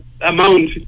amount